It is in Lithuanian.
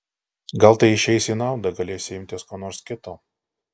gal tai išeis į naudą galėsi imtis ko nors kito